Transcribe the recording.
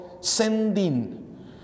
sending